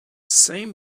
same